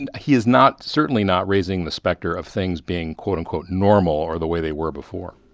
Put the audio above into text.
and he is not certainly not raising the specter of things being, quote-unquote, normal or the way they were before